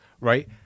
right